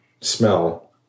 smell